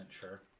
sure